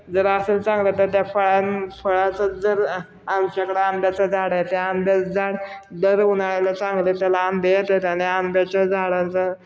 जर असेल चांगलं तर त्या फळ फळाचं जर आमच्याकडं आंब्याचं झाडं आहे त्या आंब्याचं झाड दर उन्हाळ्याला चांगलं त्याला आंबा येत येत आणि आंब्याच्या झाडांचा